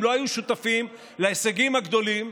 הם לא היו שותפים להישגים הגדולים,